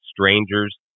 strangers